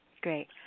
Great